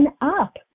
up